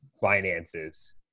finances